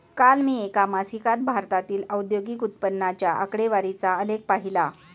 काल मी एका मासिकात भारतातील औद्योगिक उत्पन्नाच्या आकडेवारीचा आलेख पाहीला